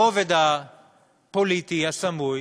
ברובד הפוליטי, הסמוי,